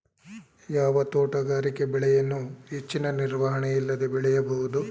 ಯಾವ ತೋಟಗಾರಿಕೆ ಬೆಳೆಯನ್ನು ಹೆಚ್ಚಿನ ನಿರ್ವಹಣೆ ಇಲ್ಲದೆ ಬೆಳೆಯಬಹುದು?